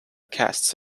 casts